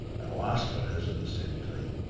and i'll ask for his at the same time.